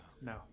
No